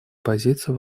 позицию